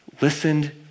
listened